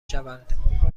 شوند